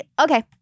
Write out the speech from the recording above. okay